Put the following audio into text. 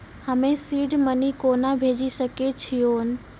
हम्मे seed money कोना भेजी सकै छिओंन